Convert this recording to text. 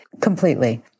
Completely